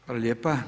Hvala lijepa.